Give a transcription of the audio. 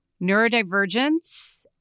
neurodivergence